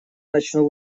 начну